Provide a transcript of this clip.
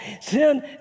Sin